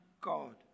God